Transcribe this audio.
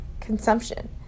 consumption